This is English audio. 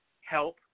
help